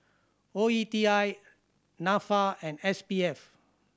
O E T I Nafa and S P F